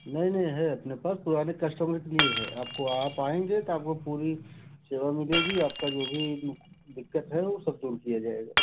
नहीं नहीं है अपने पास पुराने कश्टमर्स भी है आपको आप आएँगे तो आपको पूरी सेवा मिलेगी आपकी जो भी दिक्कत है वह सब दूर किया जाएगा